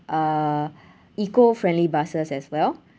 uh eco-friendly buses as well